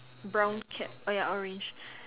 brown cap oh ya orange